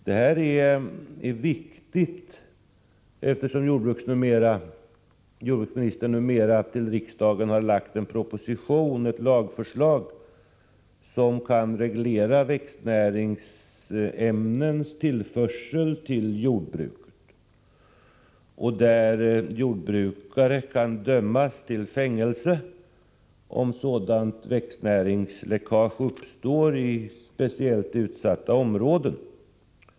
Detta är viktigt, eftersom jordbruksministern till riksdagen har lämnat en proposition med lagförslag som kan reglera växtnäringsämnens tillförsel till jordbruket och enligt vilket jordbrukare kan dömas till fängelse om sådant växtnäringsläckage uppstår i speciellt utsatta områden.